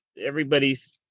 everybody's